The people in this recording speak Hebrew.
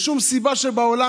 שום סיבה שבעולם,